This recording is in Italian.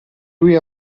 lui